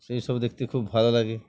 সেই সব দেখতে খুব ভাল লাগে